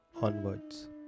Onwards